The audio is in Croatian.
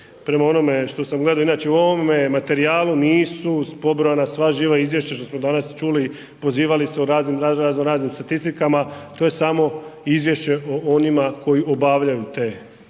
prema onome što sam gledao, inače u ovome materijalu nisu spobrojana sva živa izvješća što smo danas čuli, pozivali se u razno raznim statistikama to je samo izvješće o onima koji obavljaju te odnosno